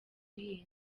buhinde